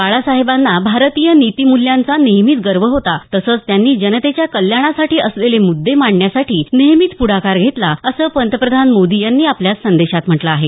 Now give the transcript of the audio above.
बाळासाहेबांना भारतीय नितीमूल्यांचा नेहमीच गर्व होता तसंच त्यांनी जनतेच्या कल्याणासाठी असलेले मुद्दे मांडण्यासाठी नेहमी पुढाकार घेतला असं पंतप्रधान मोदी यांनी आपल्या संदेशात म्हटलं आहे